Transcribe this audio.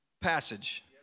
passage